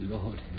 Lord